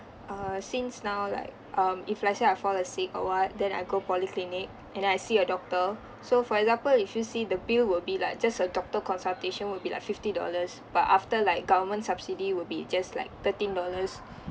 err since now like um if let's say I fall a sick or what then I go polyclinic and then I see a doctor so for example if you see the bill will be like just a doctor consultation will be like fifty dollars but after like government subsidy will be just like thirteen dollars